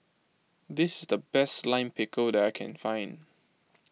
this the best Lime Pickle that I can find